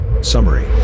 Summary